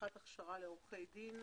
עריכת הכשרה לעורכי דין.